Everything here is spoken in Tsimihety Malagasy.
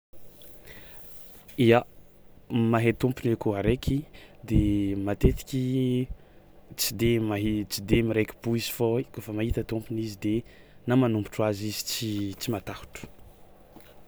Ya! Mahay tômpiny akôho araiky. De matetikyy mahi- tsy de miraiki-po izy fao koa afa mahita tômpiny izy de na manambotro azy izy tsyy- tsy matahotro.